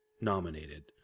nominated